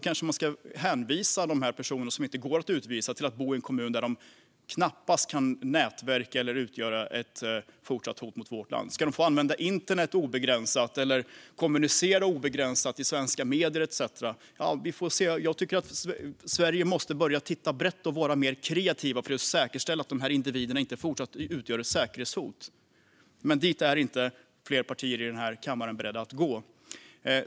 Kanske ska man hänvisa de här personerna som inte går att utvisa till att bo i en kommun där de knappast kan nätverka eller utgöra ett fortsatt hot mot vårt land. Ska de få använda internet obegränsat, kommunicera obegränsat i svenska medier etcetera? Ja, vi får se. Jag tycker att Sverige måste börja titta brett och vara mer kreativa för att säkerställa att de här individerna inte fortsätter att utgöra ett säkerhetshot. Dit är dock inte fler partier i den här kammaren beredda att gå.